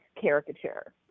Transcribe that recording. caricature